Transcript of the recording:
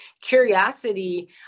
curiosity